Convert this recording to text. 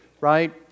right